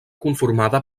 conformada